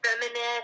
feminist